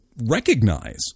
recognize